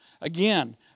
Again